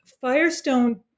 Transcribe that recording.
Firestone